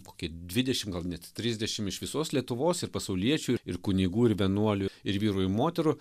koki dvidešim gal net trisdešim iš visos lietuvos ir pasauliečių ir kunigų ir vienuolių ir vyrų į moterų